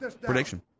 prediction